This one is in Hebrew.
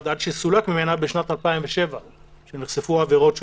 עד שסולק ממנה בשנת 2007 כשנחשפו העבירות שלו.